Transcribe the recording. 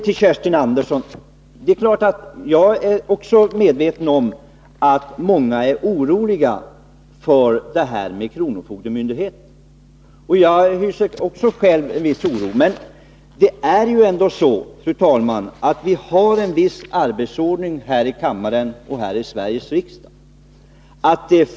Till Kerstin Andersson vill jag säga att också jag är medveten om att många är oroliga för en eventuell indragning av kronofogdedistrikt. Jag hyser också själv en viss oro. Men vi har ju, fru talman, en viss arbetsordning här i Sveriges riksdag.